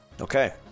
okay